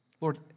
Lord